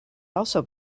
also